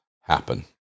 happen